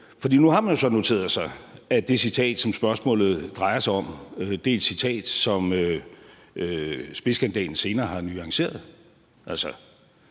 nu har man jo så noteret sig, at det citat, som spørgsmålet drejer sig om, er et citat, som spidskandidaten senere har nuanceret.